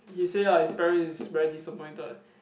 he say ah his parent is very disappointed